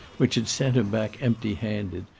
which had sent him back empty-handed,